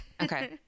okay